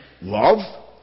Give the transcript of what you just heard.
love